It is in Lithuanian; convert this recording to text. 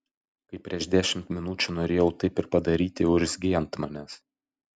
kai prieš dešimt minučių norėjau taip ir padaryti urzgei ant manęs